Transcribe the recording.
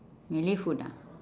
malay food ah